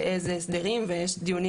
איזה הסדרים וכולי.